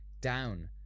Down